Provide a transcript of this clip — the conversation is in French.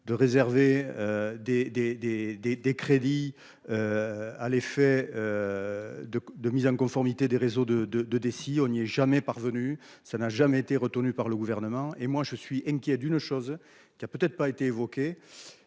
des des des des crédits. À l'effet. De, de mise en conformité des réseaux de de de essayer on n'y est jamais parvenu. Ça n'a jamais été retenu par le gouvernement et moi je suis inquiet d'une chose qui a peut-être pas été évoquée,